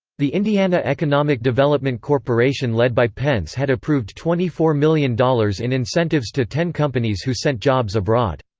the indiana economic development corporation led by pence had approved twenty four million dollars in incentives to ten companies who sent jobs abroad.